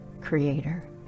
Creator